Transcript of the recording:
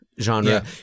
genre